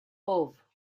howe